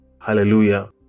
Hallelujah